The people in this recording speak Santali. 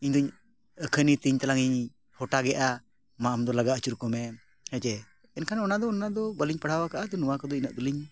ᱤᱧ ᱫᱩᱧ ᱟᱹᱠᱷᱟᱹᱱᱤ ᱛᱤᱧ ᱛᱟᱞᱟᱝᱤᱧ ᱦᱚᱴᱟᱜᱮᱜᱼᱟ ᱢᱟ ᱟᱢᱫᱚ ᱞᱟᱜᱟ ᱟᱹᱪᱩᱨ ᱠᱚᱢᱮ ᱦᱮᱸᱥᱮ ᱮᱱᱠᱷᱟᱱ ᱚᱱᱟ ᱫᱚ ᱩᱱᱟᱹᱜ ᱫᱚ ᱵᱟᱹᱞᱤᱧ ᱯᱟᱲᱦᱟᱣ ᱠᱟᱜᱼᱟ ᱱᱚᱣᱟ ᱠᱚᱫᱚ ᱤᱱᱟᱹᱜ ᱫᱚᱞᱤᱧ